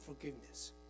forgiveness